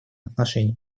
отношении